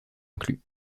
inclus